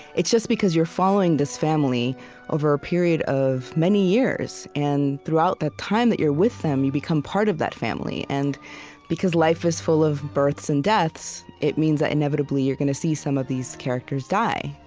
it's just because you're following this family over a period of many years, and throughout that time that you're with them, you become part of that family. and because life is full of births and deaths, it means that, inevitably, you're going to see some of these characters die.